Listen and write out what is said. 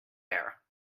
air